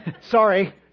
Sorry